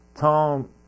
Tom